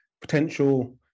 potential